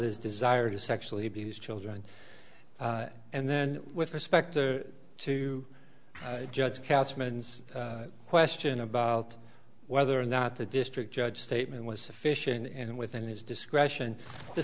his desire to sexually abuse children and then with respect to judge catchments question about whether or not the district judge statement was sufficient and within his discretion the